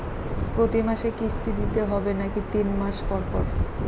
প্রতিমাসে কিস্তি দিতে হবে নাকি তিন মাস পর পর?